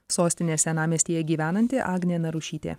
sostinės senamiestyje gyvenanti agnė narušytė